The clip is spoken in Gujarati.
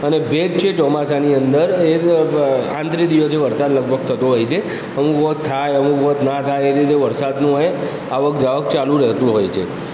અને ભેજ છે ચોમાસાની અંદર એ બ આ આંતરે દિવસે વરસાદ લગભગ થતો હોય છે અમુક વખત થાય અમુક વખત ના થાય એ રીતે વરસાદનું એ આવક જાવક ચાલું રહેતું હોય છે